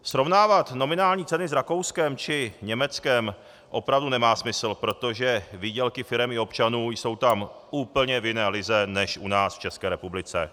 Srovnávat nominální ceny s Rakouskem či Německem opravdu nemá smysl, protože výdělky firem i občanů jsou tam v úplně jiné lize než u nás v České republice.